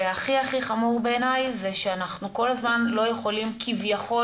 הכי הכי חמור בעיניי זה שאנחנו כל הזמן לא יכולים כביכול